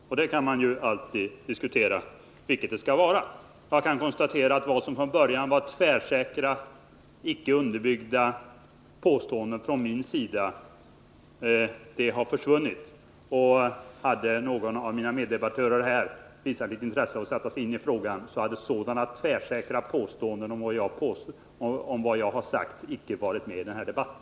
Sedan kan man alltid diskutera formen för kompensationen. Jag kan vidare konstatera att grunden för talet i början om tvärsäkra, icke underbyggda påståenden från min sida har ryckts undan. Hade någon av mina meddebattörer visat litet intresse och satt sig in i frågan, hade sådana tvärsäkra påståenden om vad jag har sagt icke kommit med i den här debatten.